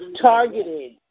targeted